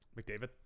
McDavid